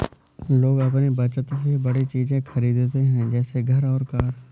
लोग अपनी बचत से बड़ी चीज़े खरीदते है जैसे घर और कार